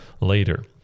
later